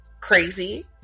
crazy